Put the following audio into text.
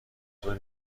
چطور